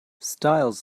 styles